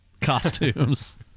costumes